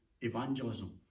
evangelism